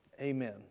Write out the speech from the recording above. amen